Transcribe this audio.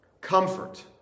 Comfort